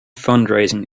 fundraising